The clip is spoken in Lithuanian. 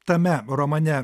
tame romane